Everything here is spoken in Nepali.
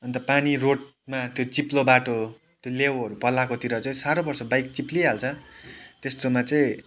अन्त पानी रोडमा त्यो चिप्लो बाटो त्यो लेउहरू पलाएकोतिर चाहिँ साह्रो पर्छ बाइक चिप्लिहाल्छ त्यस्तोमा चाहिँ